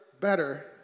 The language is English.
better